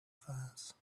fence